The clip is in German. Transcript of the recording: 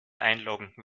einloggen